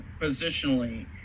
positionally